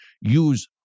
use